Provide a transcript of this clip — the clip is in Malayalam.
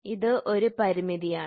ഇത് ഒരു പരിമിതിയാണ്